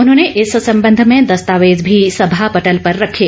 उन्होंने इस संबंध में दस्तावेज भी सभापटल पर रखे